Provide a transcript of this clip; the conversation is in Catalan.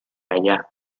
allà